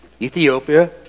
Ethiopia